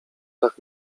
dach